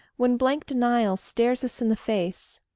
when blank denial stares us in the face.